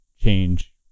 change